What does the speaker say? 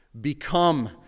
become